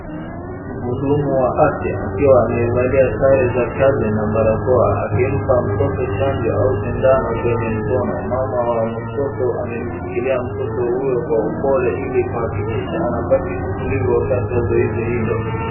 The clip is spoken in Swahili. Mhudumu wa afya akiwa amevalia sare za kazi na barakoa akimpa mtoto chanjo au sindano kwenye mkono. Mama wa mtoto amemshikilia mtoto huyo kwa upole ili kuhakikisha anabaki utulivu wakati wa zoezi hilo.